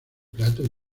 plato